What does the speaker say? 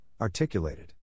articulated